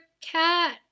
cat